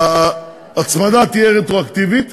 ההצמדה תהיה רטרואקטיבית,